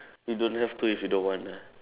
you don't have to if you don't want ah